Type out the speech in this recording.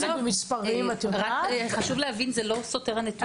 הנתונים לא סותרים.